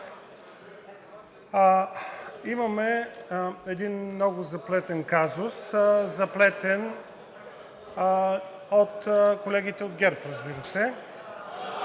имаме един много заплетен казус, заплетен от колегите от ГЕРБ, разбира се.